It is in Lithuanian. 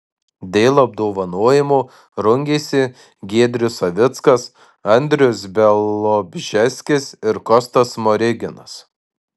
dėl apdovanojimo rungėsi giedrius savickas andrius bialobžeskis ir kostas smoriginas